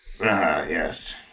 yes